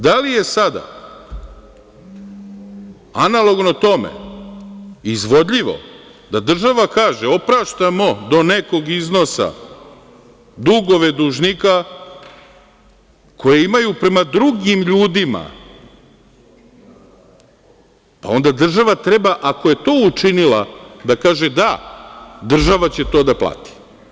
Da li je sada analogno tome izvodljivo da država kaže – opraštamo do nekog iznos dugove dužnika koje imaju prema drugim ljudima, a onda država treba ako je to učinila da kaže – da, država će to da plati.